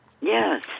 Yes